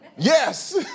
Yes